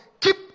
keep